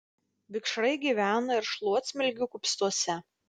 vikšrai gyvena ir šluotsmilgių kupstuose